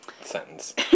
sentence